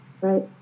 Right